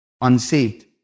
unsaved